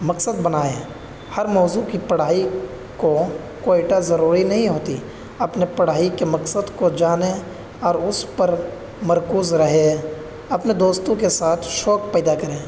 مقصد بنائیں ہر موضوع کی پڑھائی کو کوئیٹہ ضروری نہیں ہوتی اپنے پڑھائی کے مقصد کو جانیں اور اس پر مرکوز رہے اپنے دوستوں کے ساتھ شوق پیدا کریں